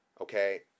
okay